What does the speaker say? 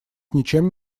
ничем